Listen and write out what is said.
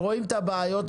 רואים את הבעיות,